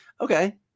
Okay